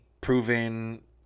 proven